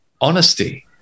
honesty